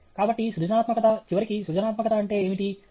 కాబట్టి సృజనాత్మకత చివరికి సృజనాత్మకత అంటే ఏమిటి